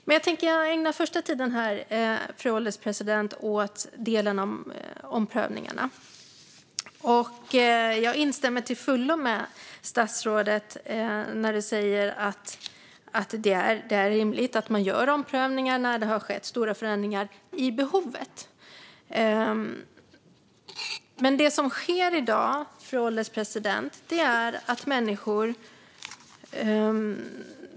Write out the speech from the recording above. Fru ålderspresident! Jag tänker ägna första tiden åt delen om omprövningarna. Jag instämmer till fullo med statsrådet när hon säger att det är rimligt att man gör omprövningar när det har skett stora förändringar i behovet. Fru ålderspresident!